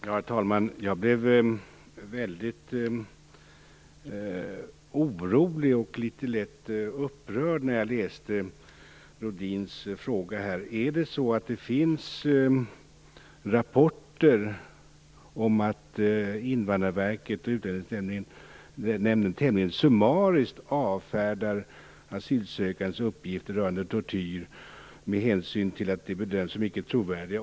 Herr talman! Jag blev väldigt orolig och litet lätt upprörd när jag läste Rohdins fråga. Är det så att det finns rapporter om att Invandrarverket och Utlänningsnämnden tämligen summariskt avfärdar asylsökandes uppgifter rörande tortyr med hänvisning till att de bedöms som icke trovärdiga?